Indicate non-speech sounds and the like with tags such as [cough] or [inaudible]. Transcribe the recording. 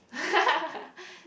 [laughs]